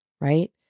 right